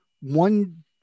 one